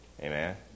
Amen